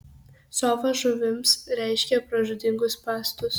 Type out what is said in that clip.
sofa žuvims reiškia pražūtingus spąstus